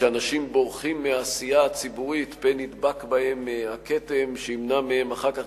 שאנשים בורחים מהעשייה הציבורית פן ידבק בהם הכתם שימנע מהם אחר כך,